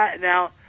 now